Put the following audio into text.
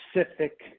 specific